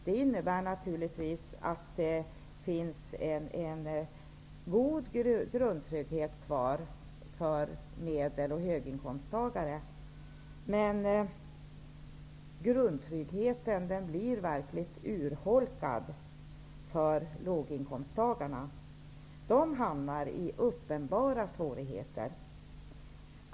Det innebär naturligtvis att det finns en god grundtrygghet kvar för medel och höginkomsttagare. Men grundtryggheten blir mycket urholkad för låginkomsttagarna. De hamnar i uppenbara svårigheter.